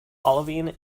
olivine